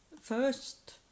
first